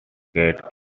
get